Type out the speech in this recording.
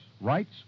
rights